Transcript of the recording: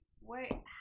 Wait